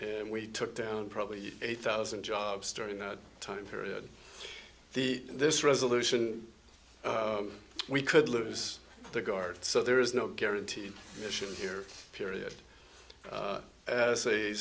and we took down probably eight thousand jobs during that time period the this resolution we could lose the guard so there is no guarantee mission here period